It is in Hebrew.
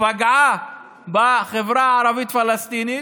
פגעה בחברה הערבית פלסטינית,